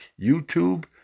YouTube